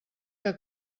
que